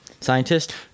Scientist